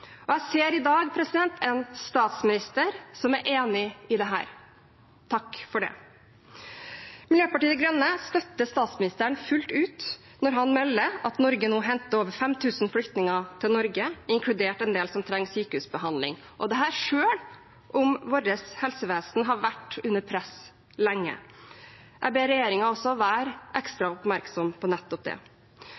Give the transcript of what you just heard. Jeg ser i dag en statsminister som er enig i dette. Takk for det. Miljøpartiet De Grønne støtter statsministeren fullt ut når han melder at Norge nå henter over 5 000 flyktninger til Norge, inkludert en del som trenger sykehusbehandling, og dette selv om vårt helsevesen har vært under press lenge. Jeg ber regjeringen også være ekstra